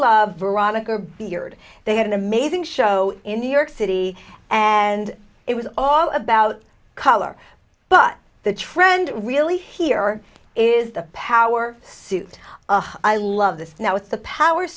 love veronica beard they had an amazing show in new york city and it was all about color but the trend really here is the power suit i love this now with the power